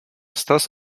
stos